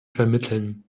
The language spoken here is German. vermitteln